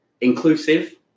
inclusive